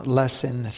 lesson